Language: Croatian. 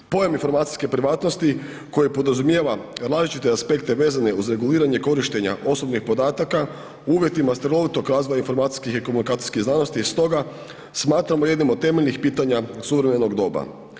Pojam informacijske privatnosti koje podrazumijeva različite aspekte vezane uz reguliranje korištenja osobnih podataka uvjetima strelovitog razvoja informacijskih i komunikacijskih razloga je stoga smatramo jednim od temeljnih pitanja suvremenog doba.